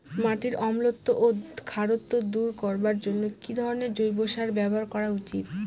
মাটির অম্লত্ব ও খারত্ব দূর করবার জন্য কি ধরণের জৈব সার ব্যাবহার করা উচিৎ?